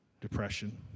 depression